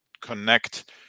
connect